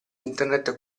internet